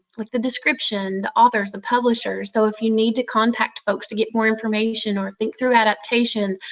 like the description, the authors, the publisher, so if you need to contact folks to get more information or think through adaptations.